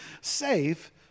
Safe